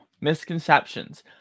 Misconceptions